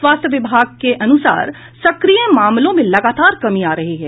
स्वास्थ्य विभाग के अनुसार सक्रिय मामलों में लगातार कमी आ रही है